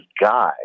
guy